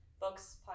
books